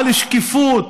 על שקיפות,